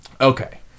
okay